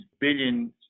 billions